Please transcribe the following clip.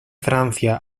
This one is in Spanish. francia